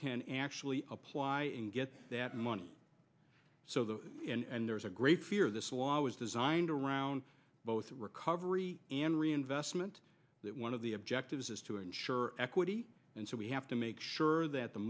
can actually apply and get that money and there is a great fear this law was designed around both recovery and reinvestment that one of the objectives is to ensure equity and so we have to make sure that the